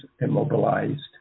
immobilized